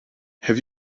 have